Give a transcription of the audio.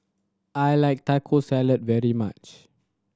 I like Taco Salad very much